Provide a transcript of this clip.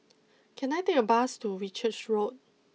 can I take a bus to Whitchurch Road